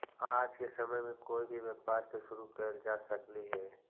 आज के समय में कोई भी व्यापार के शुरू कयल जा सकलई हे